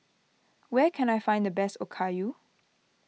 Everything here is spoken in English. where can I find the best Okayu